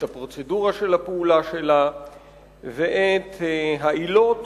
את הפרוצדורה של הפעולה שלה ואת העילות